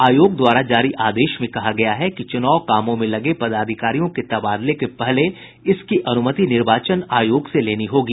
आयोग द्वारा जारी आदेश में कहा गया है कि चुनाव कामों में लगे पदाधिकारियों के तबादले के पहले इसकी अनुमति निर्वाचन आयोग से लेनी होगी